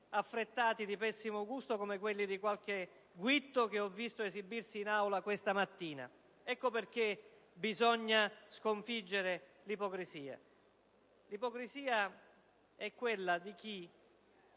affrettati di pessimo gusto, come quelli di qualche guitto che ho visto esibirsi in Aula questa mattina. Ecco perché bisogna sconfiggere l'ipocrisia. L'ipocrisia è quella di chi